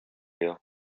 you